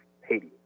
Haiti